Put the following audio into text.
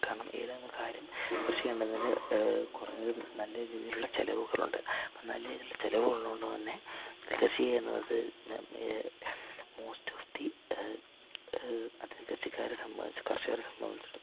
കാരണം ഏലം എന്ന കാര്യം കൃഷി ചെയ്യേണ്ടതിന് കുറഞ്ഞത് നല്ല രീതിയിലുള്ള ചെലവുകളുണ്ട് അപ്പം നല്ല രീതിയിലുള്ള ചെലവുകൾ ഉള്ളതുകൊണ്ടു തന്നെ കൃഷി ചെയ്യുന്നത് മോസ്റ്റ് ഓഫ് ദി അത് കൃഷിക്കാരെ സംബന്ധിച്ചു കർഷകരെ സംബന്ധിച്ചിടത്തോളം